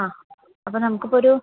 ആ അപ്പം നമുക്കിപ്പം ഒരു